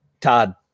Todd